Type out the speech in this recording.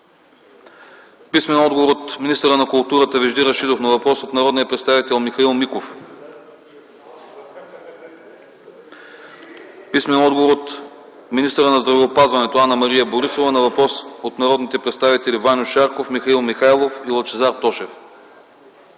писмен отговор от министъра на културата Вежди Рашидов на въпрос от народния представител Михаил Миков; - писмен отговор от министъра на здравеопазването Анна-Мария Борисова на въпрос от народните представители Ваньо Шарков, Михаил Михайлов и Лъчезар Тошев.